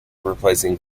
replacing